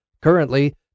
Currently